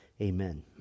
amen